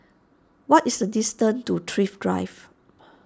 what is the distance to Thrift Drive